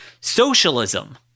socialism